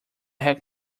heck